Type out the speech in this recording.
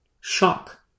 shock